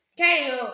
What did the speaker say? Okay